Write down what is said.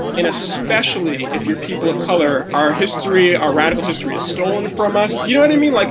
and especially if you're people of color, our history, our radical history is stolen from us. you know what i mean? like